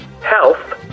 Health